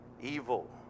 Evil